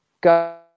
go